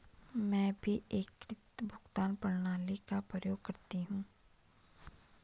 मैं भी एकीकृत भुगतान प्रणाली का प्रयोग करती हूं